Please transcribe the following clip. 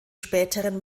späteren